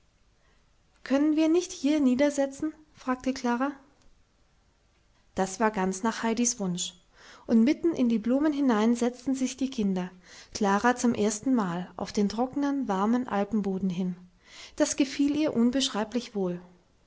können wir nicht hier niedersetzen fragte klara das war ganz nach heidis wunsch und mitten in die blumen hinein setzten sich die kinder klara zum erstenmal auf den trockenen warmen alpenboden hin das gefiel ihr unbeschreiblich wohl